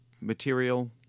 material